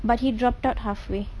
but he dropped out halfway